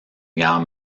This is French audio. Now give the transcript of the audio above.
guerre